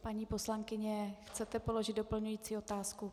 Paní poslankyně, chcete položit doplňující otázku?